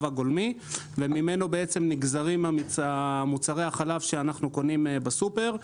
הגולמי שממנו נגזרים מוצרי החלב שאנחנו קונים בסופר.